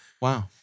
Wow